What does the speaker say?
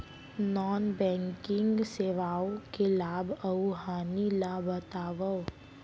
non banking सेवाओं के लाभ अऊ हानि ला बतावव